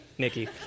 Nikki